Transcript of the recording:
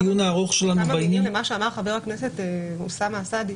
מלים למה שאמר חבר הכנסת אוסאמה סעדי.